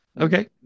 Okay